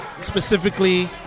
Specifically